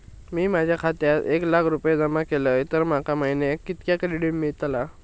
जर मी माझ्या खात्यात एक लाख रुपये जमा केलय तर माका महिन्याक कितक्या क्रेडिट मेलतला?